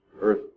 Earth